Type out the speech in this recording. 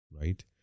right